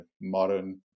modern